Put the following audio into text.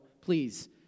please